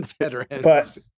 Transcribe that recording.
veterans